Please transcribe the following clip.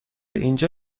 اینجا